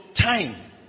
time